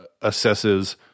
assesses